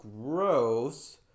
gross